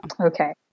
Okay